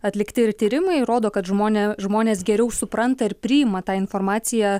atlikti ir tyrimai rodo kad žmonė žmonės geriau supranta ir priima tą informaciją